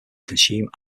consume